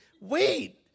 Wait